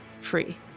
free